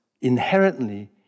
inherently